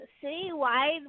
city-wide